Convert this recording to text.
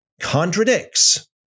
contradicts